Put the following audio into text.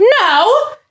no